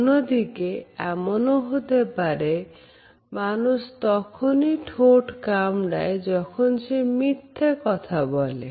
অন্যদিকে এমনও হতে পারে মানুষ তখনই ঠোঁট কামড়ায় যখন সে মিথ্যা কথা বলে